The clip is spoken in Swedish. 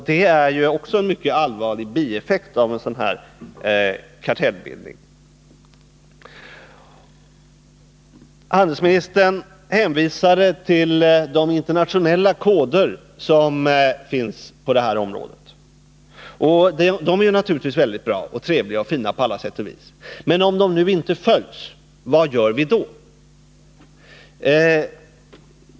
Det är en mycket allvarlig bieffekt av kartellbildning. Handelsministern hänvisade till de internationella koder som finns på detta område, och de är naturligtvis mycket bra, trevliga och fina på alla sätt och vis. Men vad gör vi om de inte följs?